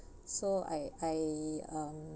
so I I um